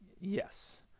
yes